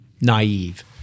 naive